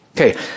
Okay